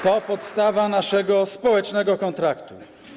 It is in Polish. To podstawa naszego społecznego kontraktu.